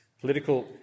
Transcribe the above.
political